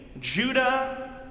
Judah